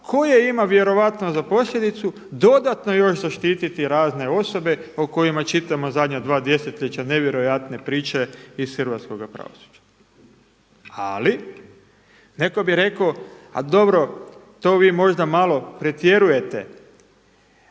koje ima vjerojatno za posljedicu dodatno još zaštiti razne osobe o kojima čitamo zadnja dva desetljeća nevjerojatne priče iz hrvatskoga pravosuđa. Ali netko bi rekao, a dobro to vi možda malo pretjerujete